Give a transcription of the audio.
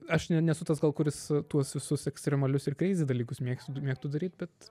aš ne nesu tas kuris tuos visus ekstremalius ir kreizi dalykus mėgst mėgstu daryt bet